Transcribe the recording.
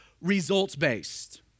results-based